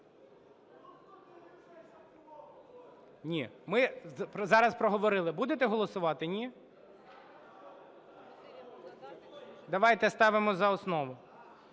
Ні, ми зараз проговорили. Будете голосувати, ні? Давайте ставимо за основу.